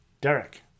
Derek